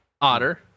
otter